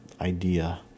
idea